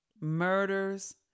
murders